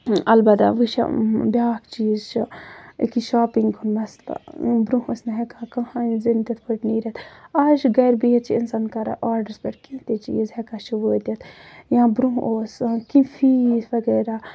اَلبتہ وُچھو بیاکھ چیٖز چھُ أکہ شاپِنگ ہُند مَسلہٕ برونٛہہ ٲسۍ نہٕ ہیٚکان کٔہٕنۍ زٔنۍ تتھ پٲٹھۍ نیٖرِتھ آز چھُ گرِ بِہِتھ چھُ اِنسان کران آرڈرَس پٮ۪ٹھ کیٚنٛہہ تہِ چیٖز ہیٚکان چھُ وٲتِتھ یا برونٛہہ اوس کیٚنٛہہ فیٖس وغیرہ